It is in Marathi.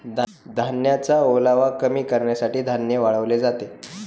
धान्याचा ओलावा कमी करण्यासाठी धान्य वाळवले जाते